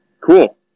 Cool